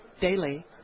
Daily